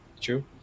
true